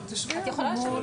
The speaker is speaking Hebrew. אני רק רוצה להבהיר לעניין